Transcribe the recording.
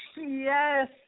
Yes